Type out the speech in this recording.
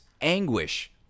anguish